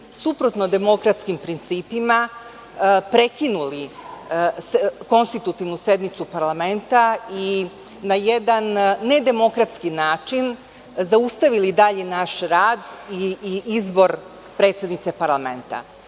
suprotno demokratskim principima, prekinuli konstitutivnu sednicu parlamenta i na jedan nedemokratski način zaustavili dalji naš rad i izbor predsednice parlamenta.